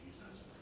Jesus